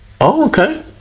okay